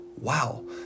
wow